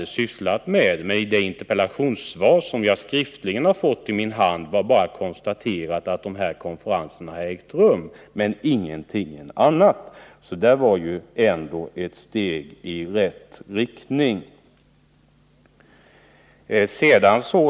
Det var ändå ett steg i rätt riktning, eftersom det i det skriftliga svar som jag fick i min hand bara konstateras att konferenserna har ägt rum men ingenting annat.